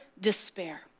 despair